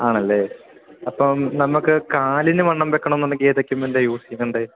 ആണല്ലേ അപ്പം നമുക്ക് കാലിന് വണ്ണം വെക്കണം എന്നുണ്ടെങ്കിൽ ഏത് എക്യുപ്മെൻ്റാ യൂസ് ചെയ്യേണ്ടത്